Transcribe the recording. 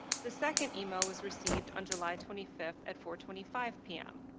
the second email was received on july twenty five at four twenty five pm.